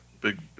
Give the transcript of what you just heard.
big